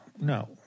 no